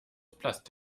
plastik